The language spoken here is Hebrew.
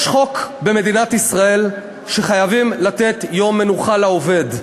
יש חוק במדינת ישראל שחייבים לתת יום מנוחה לעובד.